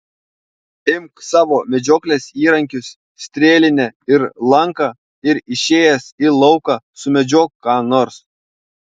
imk savo medžioklės įrankius strėlinę ir lanką ir išėjęs į lauką sumedžiok ką nors